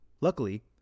Luckily